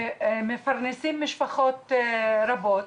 ומפרנסים משפחות רבות.